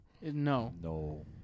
No